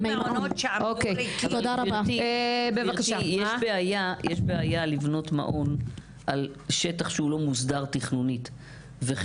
יש בעיה לבנות מעון על שטח שהוא לא מוסדר תכנונית.